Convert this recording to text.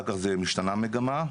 אחר כך משתנה המגמה.